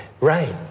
Right